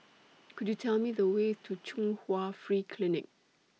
Could YOU Tell Me The Way to Chung Hwa Free Clinic